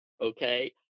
okay